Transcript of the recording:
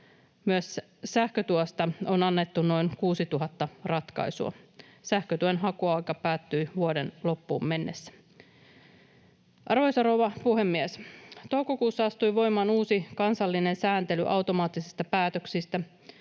myös sähkötuesta on annettu noin 6 000 ratkaisua. Sähkötuen hakuaika päättyi vuoden loppuun mennessä. Arvoisa rouva puhemies! Toukokuussa astui voimaan uusi kansallinen sääntely automaattisista päätöksistä.